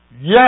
Yes